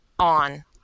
on